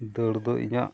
ᱫᱟᱹᱲ ᱫᱚ ᱤᱧᱟᱹᱜ